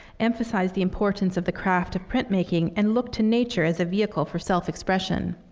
emphasized the importance of the craft of printmaking and looked to nature as a vehicle for self-expression.